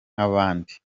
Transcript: nk’abandi